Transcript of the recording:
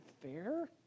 fair